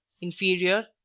inferior